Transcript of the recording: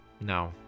No